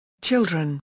Children –